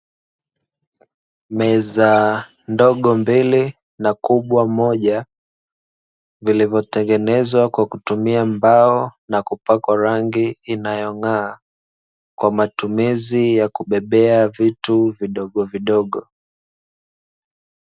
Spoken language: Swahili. Meza ndogo mbele na kubwa moja vilivyotengenezwa kwa kutumia mbao na kupakwa rangi inayong'aa kwa matumizi ya kubebea vitu vidogo vidogo.